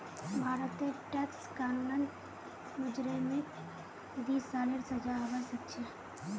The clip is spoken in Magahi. भारतेर टैक्स कानूनत मुजरिमक दी सालेर सजा हबा सखछे